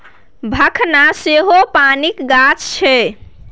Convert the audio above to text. भखना सेहो पानिक गाछ छै